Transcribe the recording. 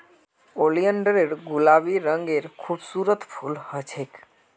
oleander गुलाबी रंगेर खूबसूरत फूल ह छेक